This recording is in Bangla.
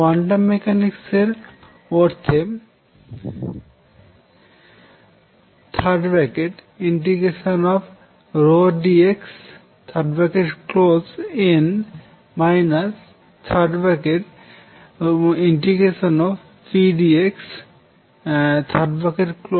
কোয়ান্টাম মেকানিক্সের অর্থে ∫pdxn ∫pdxn 1h